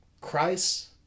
Christ